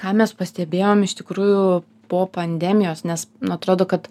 ką mes pastebėjom iš tikrųjų po pandemijos nes nu atrodo kad